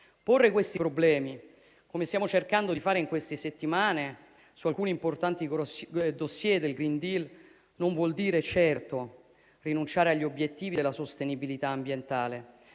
Porre questi problemi, come stiamo cercando di fare in queste settimane su alcuni importanti *dossier* del *green deal*, non vuol dire certo rinunciare agli obiettivi della sostenibilità ambientale;